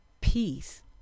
peace